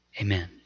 Amen